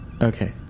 Okay